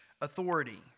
authority